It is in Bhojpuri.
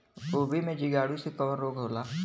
गोभी में जीवाणु से कवन रोग होला?